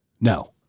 No